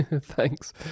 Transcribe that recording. Thanks